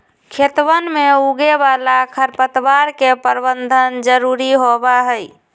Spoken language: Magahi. खेतवन में उगे वाला खरपतवार के प्रबंधन जरूरी होबा हई